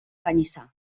canyissar